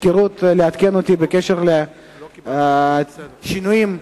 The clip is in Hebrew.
מהמזכירות לעדכן אותי בשינויים בסדר-היום.